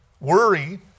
Worry